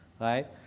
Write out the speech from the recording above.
right